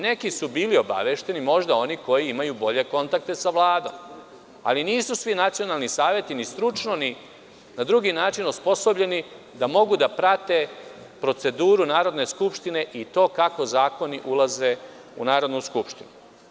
Neki su bili obavešteni, možda oni koji imaju bolje kontakte sa Vladom, ali nisu svi nacionalni saveti ni stručno, ni na drugi način osposobljeni da mogu da prate proceduru Narodne skupštine i to kako zakoni ulaze u Narodnu skupštinu.